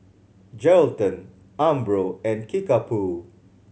Geraldton Umbro and Kickapoo